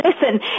Listen